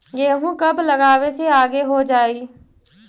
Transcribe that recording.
गेहूं कब लगावे से आगे हो जाई?